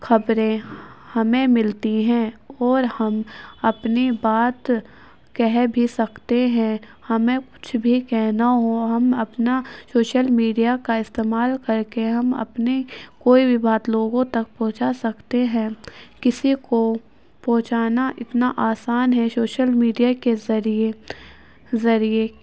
کھبریں ہمیں ملتی ہیں اور ہم اپنے بات کہہ بھی سکتے ہیں ہمیں کچھ بھی کہنا ہو ہم اپنا سوشل میڈیا کا استعمال کر کے ہم اپنے کوئی بھی بات لوگوں تک پہنچا سکتے ہیں کسی کو پہنچانا اتنا آسان ہے سوشل میڈیا کے ذریعے ذریعے